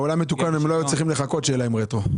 בעולם מתוקן הם לא היו צריכים לחכות שיהיה להם רטרו.